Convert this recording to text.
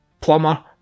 plumber